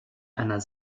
einer